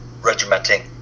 regimenting